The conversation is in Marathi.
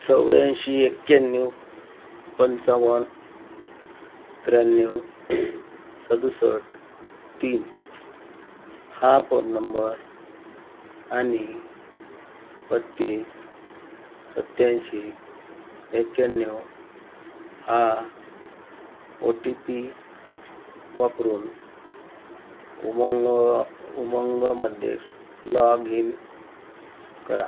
चौऱ्याऐंशी एक्याण्णव पंचावन्न त्र्याण्णव सदुसष्ट तीन हा फोन नंबर आणि बत्तीस सत्त्याऐंशी एक्याण्णव हा ओ टी पी वापरून उमंग उमंगमध्ये लॉग इन करा